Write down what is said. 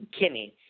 kimmy